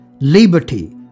liberty